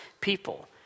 people